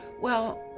well